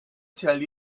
tell